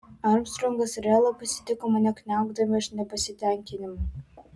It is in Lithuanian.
armstrongas ir ela pasitiko mane kniaukdami iš nepasitenkinimo